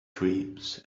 dreams